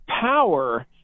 power